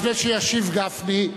לפני שישיב גפני,